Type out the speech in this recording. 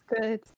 good